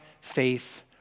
faith